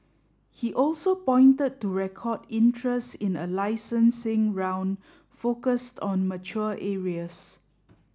he also pointed to record interest in a licensing round focused on mature areas